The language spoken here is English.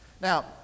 Now